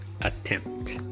attempt